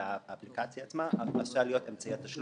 אלא האפליקציה עצמה אמורה להיות אמצעי התשלום.